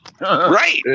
Right